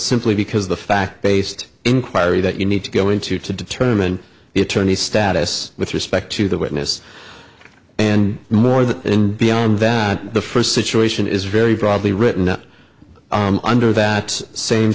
simply because the fact based inquiry that you need to go into to determine the attorney status with respect to the witness and more than beyond that the first situation is very probably written under that same